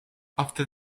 after